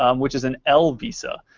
um which is an l visa,